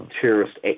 terrorist